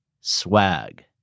swag